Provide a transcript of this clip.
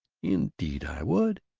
indeed i would.